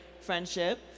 friendship